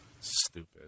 Stupid